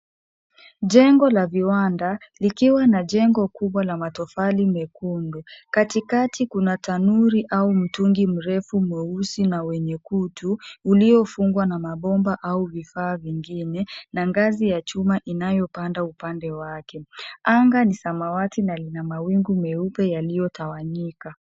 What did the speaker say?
Jengo la viwanda likiwa na jengo kubwa la matofali mekundu, katikati kuna tanuri au mtungi mrefu mweusi na wenye kutu uliofungwa na mabomba au vifaa vingine na ngazi ya chuma inayopanda upande wake. Anga ni samawati na lina mawingu meupe yaliyotawanyika.